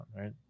Right